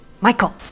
Michael